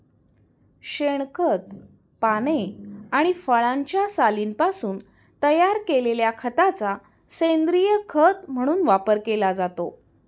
शेणखत, पाने आणि फळांच्या सालींपासून तयार केलेल्या खताचा सेंद्रीय खत म्हणून वापर केला जातो